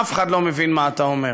אף אחד לא מבין מה אתה אומר.